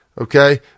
Okay